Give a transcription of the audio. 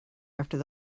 after